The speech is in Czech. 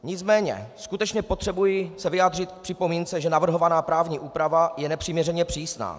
Nicméně skutečně se potřebuji vyjádřit k připomínce, že navrhovaná právní úprava je nepřiměřeně přísná.